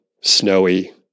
snowy